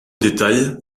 détail